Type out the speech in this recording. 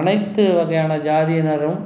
அனைத்து வகையான ஜாதியினரும்